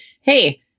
hey